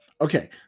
Okay